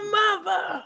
mother